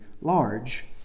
large